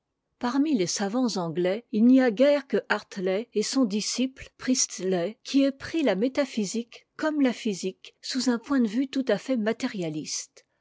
parmi les savants anglais il n'y a guère que harttey et son disciple priestley qui aient pris la métaphysique comme la physique sous un point de vue tout à fait matérialiste